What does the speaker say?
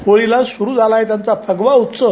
होळीला सुरू झाला आहे त्यांचा फगवा उत्सव